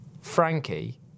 Frankie